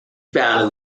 founded